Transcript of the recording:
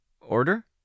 Order